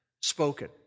spoken